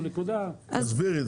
תסבירי.